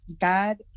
God